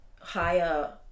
higher